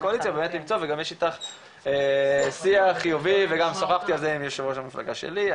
קואליציה וגם יש איתך שיח חיובי וגם שוחחתי על זה עם יושב ראש המפלגה שלי,